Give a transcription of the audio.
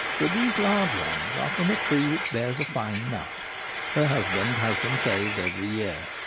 but these large ones are from a tree which bears a fine nut her husband has them saved every year.